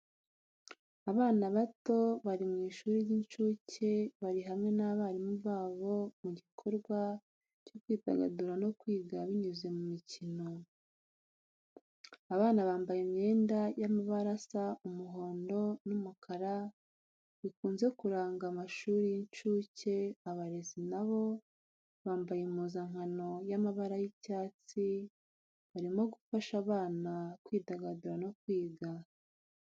Abana bato bari mu ishuri ry’incuke bari hamwe n’abarimu babo mu gikorwa cyo kwidagadura no kwiga binyuze mu mikino. Abana bambaye imyenda y’amabara asa umuhondo n’umukara, bikunze kuranga amashuri y’incuke. Abarezi nabo bambaye impuzankano y’amabara y’icyatsi, barimo gufasha abana kwidagadura no kwiga.